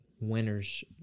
winners